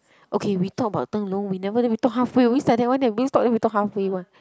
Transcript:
okay we talk about 灯笼 we never then we talk halfway we always like that one leh we always stop then we talk halfway one